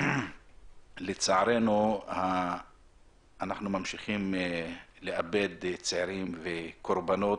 לצערנו אנחנו ממשיכים לאבד צעירים וקורבנות